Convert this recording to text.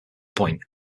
point